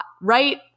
right